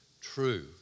true